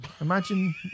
Imagine